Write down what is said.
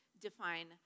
define